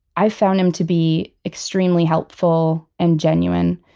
i found him to be extremely helpful and genuine,